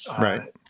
Right